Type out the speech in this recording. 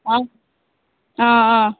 ஆ ஆ ஆ